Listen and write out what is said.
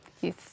Yes